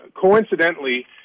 coincidentally